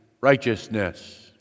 righteousness